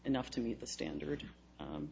enough to meet the standard